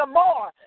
more